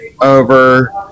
over